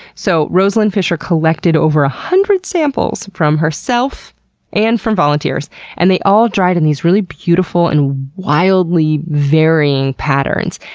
so rose-lynn fisher collected over a hundred samples from herself and other volunteers and they all dried in these really beautiful and wildly varying patterns.